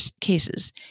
cases